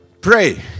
Pray